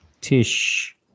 Tish